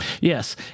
Yes